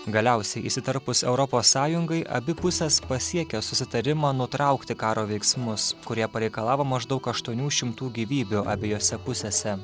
galiausiai įsiterpus europos sąjungai abi pusės pasiekė susitarimą nutraukti karo veiksmus kurie pareikalavo maždaug aštuonių šimtų gyvybių abiejose pusėse